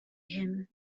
him